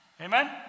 Amen